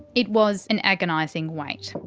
it was an agonising wait.